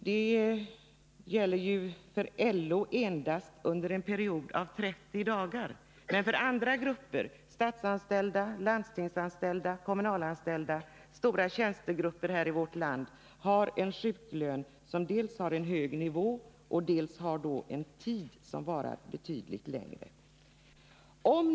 För LO-gruppen gäller en försäkring under en period av 30 dagar, men andra grupper — statsanställda, landstingsanställda och kommunalanställda, dvs. stora tjänstemannagrupper i vårt land — har en sjuklön som dels ligger på en hög nivå, dels gäller för en betydligt längre tid.